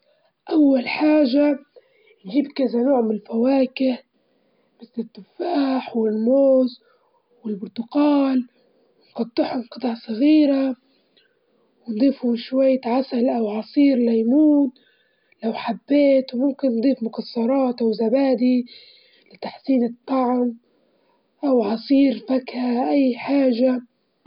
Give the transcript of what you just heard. أول حاجة نفضي التلاجة من الحاجات اللي فيها وبعدين نمسح الرفوف بالمية وخل، ولو في بجع صعبة بنمسح ببيكربونات الصوديوم، ونتأكد من تنضيف الأجزاء الجانبية والمقابض عشان يكون كل شي نضيف.